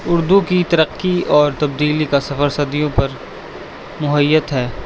اردو کی ترقی اور تبدیلی کا سفر صدیوں پر محیط ہے